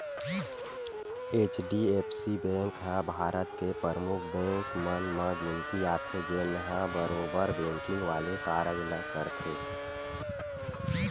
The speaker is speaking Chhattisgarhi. एच.डी.एफ.सी बेंक ह भारत के परमुख बेंक मन म गिनती आथे, जेनहा बरोबर बेंकिग वाले कारज ल करथे